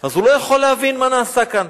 הוא לא יכול להבין מה נעשה כאן.